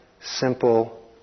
simple